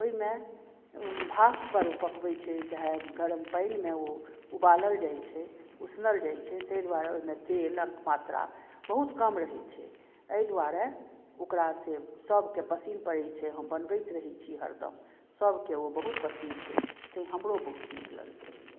ओहिमे ओ भापपर पकबैत छै चाहे गरम पानिमे ओ उबालल जाइत छै उसनल जाइत छै ताहि द्वारे ओहिमे तेलक मात्रा बहुत कम रहैत छै एहि द्वारे ओकरा से सभकेँ पसिन्न पड़ैत छै हम बनबैत रहैत छी हरदम सभकेँ ओ बहुत पसिन्न छै तेँ हमरो बहुत नीक लगैत रहैये